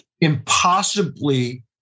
impossibly